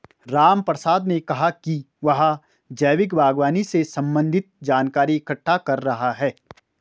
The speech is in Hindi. रामप्रसाद ने कहा कि वह जैविक बागवानी से संबंधित जानकारी इकट्ठा कर रहा है